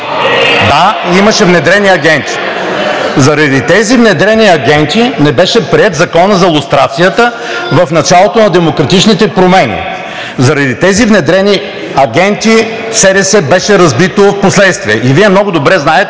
Да, имаше внедрени агенти и заради тези внедрени агенти не беше приет Законът за лустрацията в началото на демократичните промени. Заради тези внедрени агенти СДС беше разбит впоследствие и Вие много добре знаете